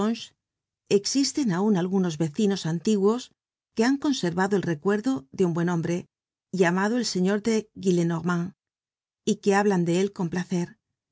existen aun algunos vecinos antiguos que han conservado el recuerdo de un buen hombre llamado el señor gillenormand y que hablan de él con placer